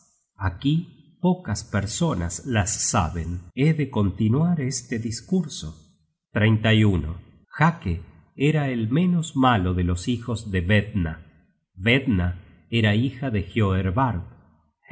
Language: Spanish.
aquí pocas personas las saben he de continuar este discurso hake era el menos malo de los hijos de hvedna hvedna era hija de